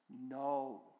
No